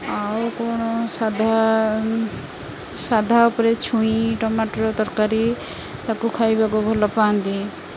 ଆଉ କ'ଣ ସାଧା ସାଧା ଉପରେ ଛୁଇଁ ଟମାଟର ତରକାରୀ ତାକୁ ଖାଇବାକୁ ଭଲ ପାଆନ୍ତି